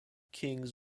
kings